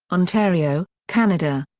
ontario, canada.